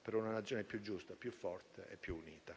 per una Nazione più giusta, più forte e più unita.